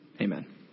Amen